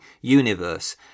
universe